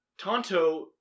Tonto